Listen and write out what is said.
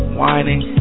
whining